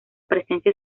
presencia